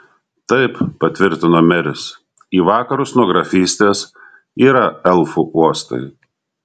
taip patvirtino meris į vakarus nuo grafystės yra elfų uostai